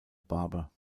barber